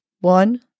one